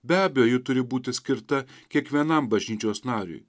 be abejo ji turi būti skirta kiekvienam bažnyčios nariui